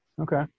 Okay